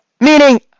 Meaning